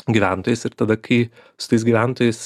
gyventojais ir tada kai su tais gyventojais